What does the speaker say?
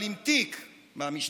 אבל עם תיק מהמשטרה,